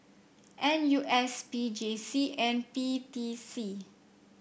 N U S P J C and P T C